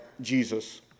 Jesus